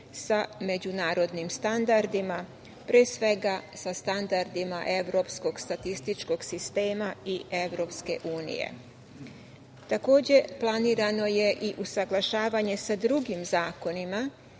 sa međunarodnim standardima, pre svega sa standardima Evropskog statističkog sistema i EU.Takođe, planirano je i usaglašavanje sa drugim zakonima